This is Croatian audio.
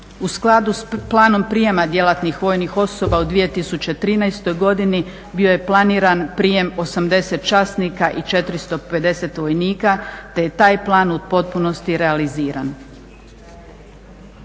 U skladu sa planom prijema djelatnih vojnih osoba u 2013. godini bio je planiran prijem 80 časnika i 450 vojnika, te je taj plan u potpunosti realiziran.